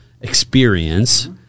experience